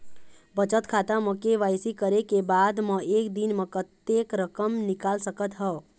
बचत खाता म के.वाई.सी करे के बाद म एक दिन म कतेक रकम निकाल सकत हव?